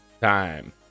time